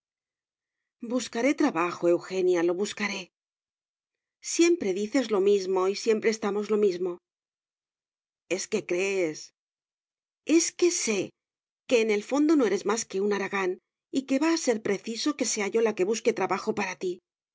buscaré trabajo eugenia lo buscaré siempre dices lo mismo y siempre estamos lo mismo es que crees es que sé que en el fondo no eres más que un haragán y que va a ser preciso que sea yo la que busque trabajo para ti